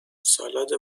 سالاد